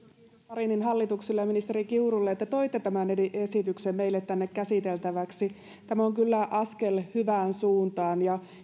marinin hallitukselle ja ministeri kiurulle että toitte tämän esityksen meille tänne käsiteltäväksi tämä on kyllä askel hyvään suuntaan ja